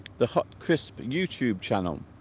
the hot crisp and youtube channel